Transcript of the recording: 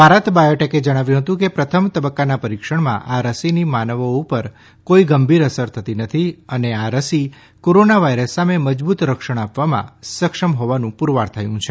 ભારત બોયોટેકે જણાવ્યું હતુ કે પ્રથમ તબક્કાના પરીક્ષણમાં આ રસીની માનવો ઉપર કોઈ ગંભીર અસર થતી નથી અને આ રસી કોરોના વાઈરસ સામે મજબૂત રક્ષણ આપવામાં સક્ષમ હોવાનું પુરવાર થયુ છે